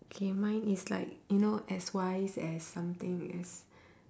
K mine is like you know as wise as something as